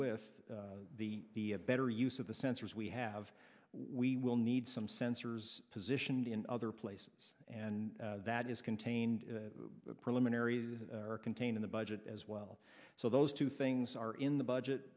with the better use of the sensors we have we will need some sensors positioned in other places and that is contained the preliminaries are contained in the budget as well so those two things are in the budget